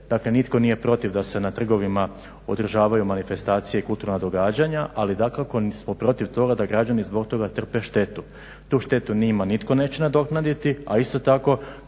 dakle nitko nije protiv da se na trgovima održavaju manifestacije i kulturna događanja, ali dakako smo protiv toga da građani zbog toga trpe štetu. Tu štetu njima nitko neće nadoknaditi, a isto tako